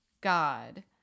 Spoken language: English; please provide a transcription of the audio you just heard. God